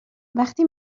وقتی